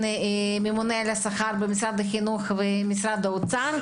הממונה על השכר במשרד החינוך ומשרד האוצר.